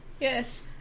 Yes